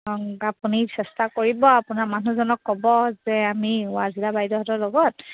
অঁ আপুনি চেষ্টা কৰিব আপোনাৰ মানুহজনক ক'ব যে আমি ৱাজিলা বাইদেউহঁতৰ লগত